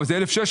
זה 1,600 שקלים.